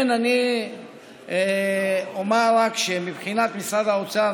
אני אומר רק שמבחינת משרד האוצר,